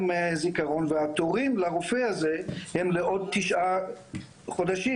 --- והתורים לרופא הזה הם לעוד תשעה חודשים,